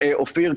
אופיר,